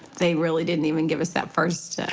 they really didn't even give us that first.